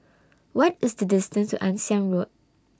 What IS The distance to Ann Siang Road